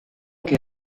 que